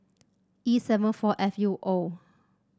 E seven four F U O